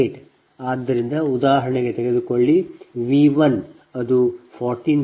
8788 ಆದ್ದರಿಂದ ಉದಾಹರಣೆಗೆ ತೆಗೆದುಕೊಳ್ಳಿ V1 ಅದು 14